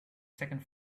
second